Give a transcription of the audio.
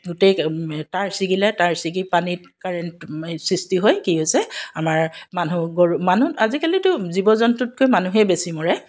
গোটেই তাঁৰ ছিগিলে তাৰ ছিগি পানীত কাৰেণ্ট সৃষ্টি হৈ কি হৈছে আমাৰ মানুহ গৰু মানুহ আজিকালিতো জীৱ জন্তুতকৈ মানুহেই বেছি মৰে